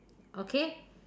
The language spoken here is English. okay